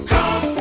Come